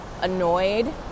annoyed